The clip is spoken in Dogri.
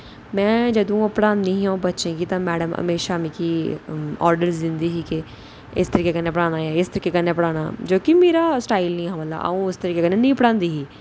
में जदूं पढ़ांदी ही अ'ऊं बच्चें गी ते मैडम म्हेशां मिगी आर्डर दिंदी ही कि इस तरीके कन्नै पढ़ाना इस तरीके कन्नै पढ़ाना जो कि मेरा स्टाइल नेईं हा अ'ऊं उस तरीके दा निं पढ़ांदी ही